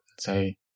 say